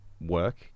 work